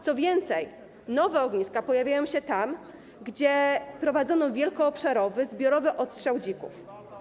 Co więcej, nowe ogniska pojawiają się tam, gdzie prowadzono wielkoobszarowy, zbiorowy odstrzał dzików.